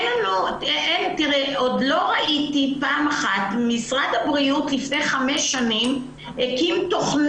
משרד הבריאות הקים תכנית לפני 5 שנים.